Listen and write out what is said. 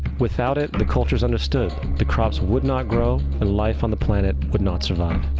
without it, the cultures understood the crops would not grow, and life on the planet would not survive.